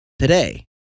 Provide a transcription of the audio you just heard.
Today